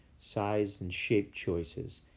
size, and shape choices.